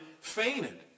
fainted